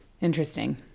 interesting